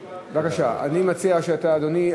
בבקשה, אני מציע שאתה, אדוני.